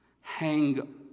Hang